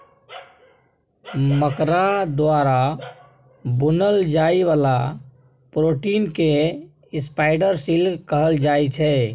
मकरा द्वारा बुनल जाइ बला प्रोटीन केँ स्पाइडर सिल्क कहल जाइ छै